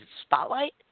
Spotlight